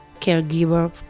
caregiver